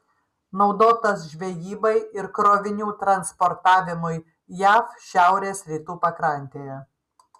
naudotas žvejybai ir krovinių transportavimui jav šiaurės rytų pakrantėje